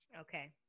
Okay